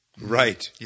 Right